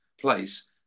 place